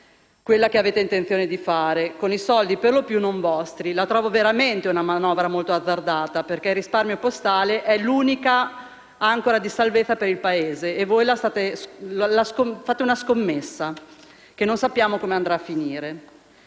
Quella che avete intenzione di fare, per lo più con soldi non vostri, la trovo veramente una manovra molto azzardata, perché il risparmio postale è l'unica ancora di salvezza per il Paese e voi fate una scommessa che non sappiamo come andrà a finire.